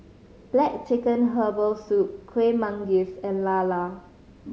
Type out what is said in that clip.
Black Chicken Herbal Soup Kueh Manggis and lala